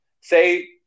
say